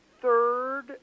third